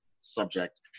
subject